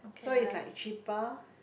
so it's like cheaper